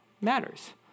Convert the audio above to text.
matters